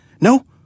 No